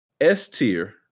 S-tier